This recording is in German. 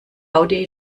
rowdy